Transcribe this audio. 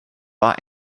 war